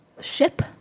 Ship